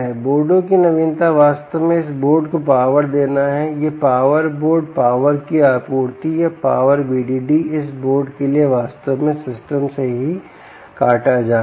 बोर्डों की नवीनता वास्तव में इस बोर्ड को पावर देना है यह पावर बोर्ड पावर की आपूर्ति या पावर VDD इस बोर्ड के लिए वास्तव में सिस्टम से ही काटा जा रहा है